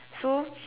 so